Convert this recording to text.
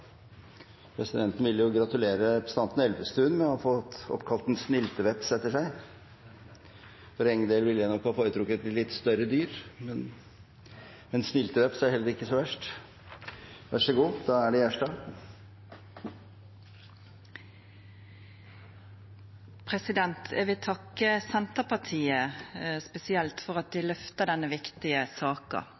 Presidenten vil gratulere representanten Elvestuen med å ha fått oppkalt en snylteveps etter seg. For egen del ville jeg nok ha foretrukket et litt større dyr, men en snylteveps er heller ikke så verst. Eg vil takka Senterpartiet spesielt for at dei løfter denne viktige saka.